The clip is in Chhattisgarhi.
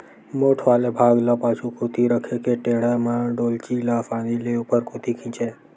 मोठ वाले भाग ल पाछू कोती रखे के टेंड़ा म डोल्ची ल असानी ले ऊपर कोती खिंचय